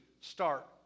start